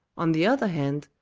on the other hand,